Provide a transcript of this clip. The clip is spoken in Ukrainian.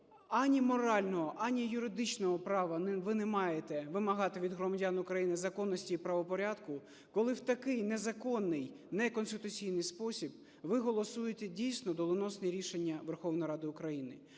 ані морального, ані юридичного права ви не маєте вимагати від громадян України законності і правопорядку, коли в такий незаконний, неконституційний спосіб ви голосуєте дійсно доленосні рішення Верховної Ради України.